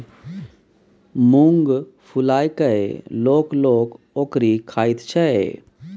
मुँग फुलाए कय लोक लोक ओकरी खाइत छै